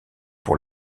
pour